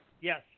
Yes